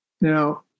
Now